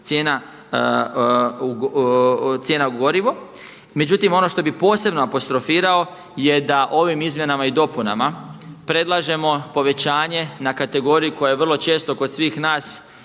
cijena gorivo. Međutim, ono što bih posebno apostrofirao je da ovim izmjenama i dopunama predlažemo povećanje na kategoriji koja je vrlo često kod svih nas